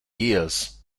years